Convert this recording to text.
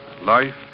life